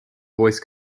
voice